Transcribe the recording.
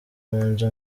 munzu